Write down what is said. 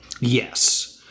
Yes